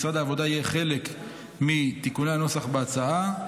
משרד העבודה יהיה חלק מתיקוני הנוסח בהצעה,